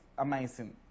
Amazing